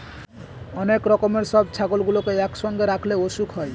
অনেক রকমের সব ছাগলগুলোকে একসঙ্গে রাখলে অসুখ হয়